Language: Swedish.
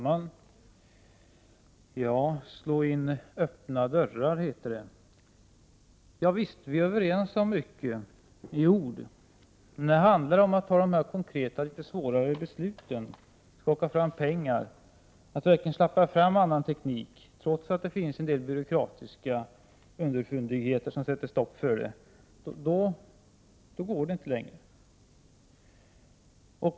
Fru talman! Slå in öppna dörrar, heter det! Visst är vi överens om mycket — iord. Men när det handlar om att fatta de konkreta och litet svårare besluten, att skaka fram pengar, att verkligen släppa fram annan teknik, trots att det finns en del byråkratiska underfundigheter som sätter stopp för det — då kommer vi inte längre.